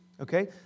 Okay